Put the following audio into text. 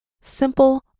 simple